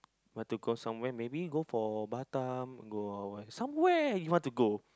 want to go somewhere maybe go for Batam go where somewhere you want to go